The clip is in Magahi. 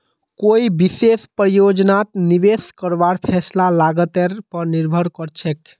कोई विशेष परियोजनात निवेश करवार फैसला लागतेर पर निर्भर करछेक